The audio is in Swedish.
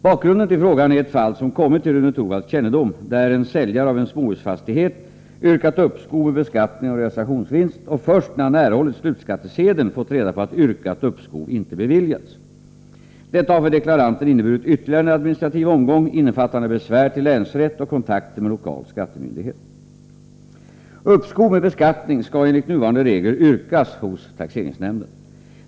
Bakgrunden till frågan är ett fall som kommit till Rune Torwalds kännedom, där en säljare av en småhusfastighet yrkat uppskov med beskattning av realisationsvinst och först när han erhållit slutskattesedeln fått reda på att yrkat uppskov inte beviljats. Detta har för deklaranten inneburit ytterligare en administrativ omgång, innefattande besvär till länsrätt och kontakter med lokal skattemyndighet. Uppskov med beskattning skall enligt nuvarande regler yrkas hos taxeringsnämnden.